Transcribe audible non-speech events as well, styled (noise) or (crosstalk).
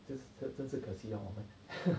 这真真是可惜啊我们 (laughs)